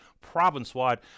province-wide